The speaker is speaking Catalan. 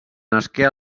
nasqué